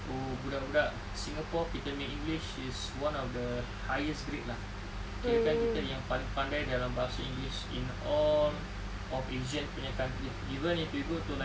oh budak-budak singapore kita punya english is one of the highest grade lah kirakan kita yang paling pandai dalam bahasa english in all of asian punya country even if you go to like